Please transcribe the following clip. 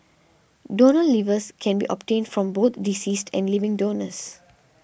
donor livers can be obtained from both deceased and living donors